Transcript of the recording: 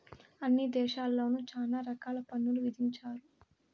అన్ని దేశాల్లోను చాలా రకాల పన్నులు విధించారు